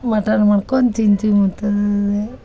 mutton ಮಾಡ್ಕೊಂದು ತಿಂತೀವೆ ಮತ್ತೆ